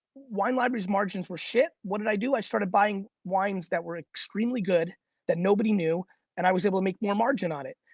wine library's margins were shit. what did i do? i started buying wines that were extremely good that nobody knew and i was able to make more margin on it.